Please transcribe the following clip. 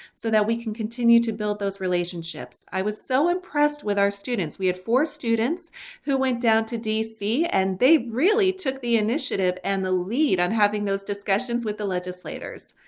so that we can continue to build those relationships. i was so impressed with our students. we had four students who went down to dc and they really took the initiative and the lead on having those discussions with the legislators.